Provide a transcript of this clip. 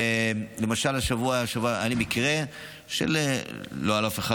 ולמשל השבוע היה לי מקרה לא על אף אחד,